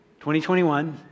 2021